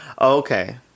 Okay